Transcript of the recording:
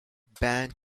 band